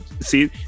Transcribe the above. see